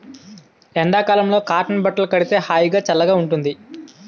ఎండ కాలంలో కాటన్ బట్టలు కడితే హాయిగా, సల్లగా ఉంటుంది